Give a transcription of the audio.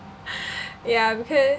ya because